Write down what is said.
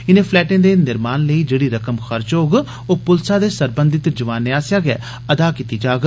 इनें फ्लैटें दे निर्माण लेई जेहड़ी रकम खर्च होग ओह पुलसा दे सरबंधत जवानें आसेआ गै अदा कीती जाग